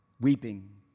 weeping